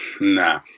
nah